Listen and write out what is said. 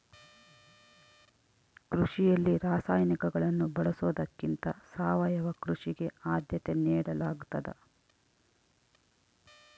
ಕೃಷಿಯಲ್ಲಿ ರಾಸಾಯನಿಕಗಳನ್ನು ಬಳಸೊದಕ್ಕಿಂತ ಸಾವಯವ ಕೃಷಿಗೆ ಆದ್ಯತೆ ನೇಡಲಾಗ್ತದ